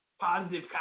positive